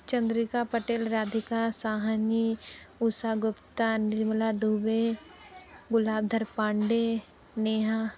Chandrika Patel Radhika Sahni Usha Gupta Nirmala Dubey Gulabdhar Pandey Neha